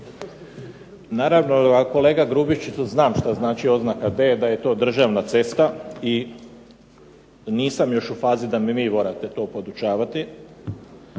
Naime, kolega Grubišiću znam što znači oznaka D, da je to državna cesta i nisam još u fazi da me vi tome morate podučavati.